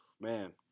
Man